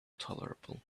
tolerable